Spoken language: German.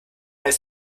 ist